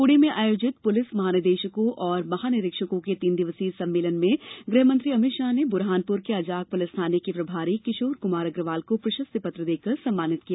पूणे में आयोजित पुलिस महानिदेशकों और महानिरीक्षकों के तीन दिवसीय सम्मेलन में ग्रहमंत्री अमित शाह ने बुरहानपुर के अजाक पुलिस थाने के प्रभारी किशोर कुमार अग्रवाल को प्रशस्ति पत्र देकर सम्मानित किया